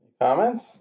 Comments